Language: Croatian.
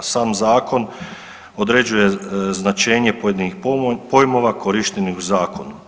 Sam zakon određuje značenje pojedinih pojmova korištenih u zakonu.